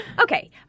Okay